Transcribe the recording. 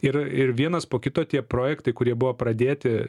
ir ir vienas po kito tie projektai kurie buvo pradėti